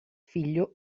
figlio